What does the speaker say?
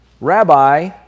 Rabbi